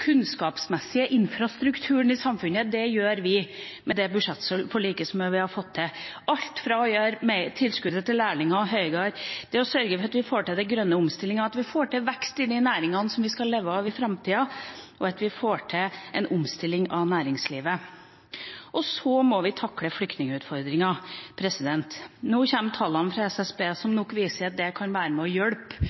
kunnskapsmessige infrastrukturen i samfunnet. Det har vi fått til med det budsjettforliket – alt fra å gjøre tilskuddet til lærlinger høyere, sørge for å få til den grønne omstillinga, få til vekst i de næringene som vi skal leve av i framtida, og få til en omstilling av næringslivet. Og så må vi takle flyktningutfordringa. Nå kommer tallene fra SSB som nok viser at det kan være med og hjelpe